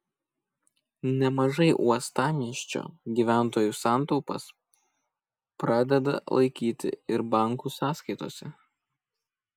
nemažai uostamiesčio gyventojų santaupas pradeda laikyti ir bankų sąskaitose